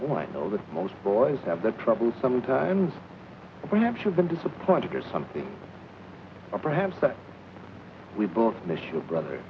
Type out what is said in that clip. when i know that most boys have that trouble sometimes perhaps you've been disappointed or something or perhaps we both miss your brother